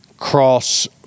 cross